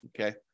Okay